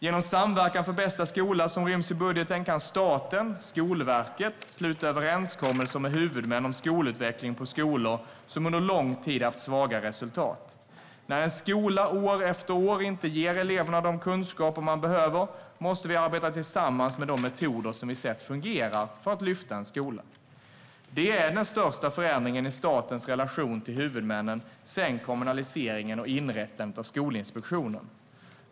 Genom Samverkan för bästa skola, som ryms i budgeten, kan staten, Skolverket, sluta överenskommelser med huvudmän om skolutvecklingen på skolor som under lång tid haft svaga resultat. När en skola år efter år inte ger eleverna de kunskaper de behöver måste vi arbeta tillsammans med de metoder som vi sett fungerar för att lyfta en skola. Det är den största förändringen i statens relation till huvudmännen sedan kommunaliseringen och inrättandet av Skolinspektionen.